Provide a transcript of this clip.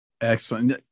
Excellent